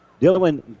Dylan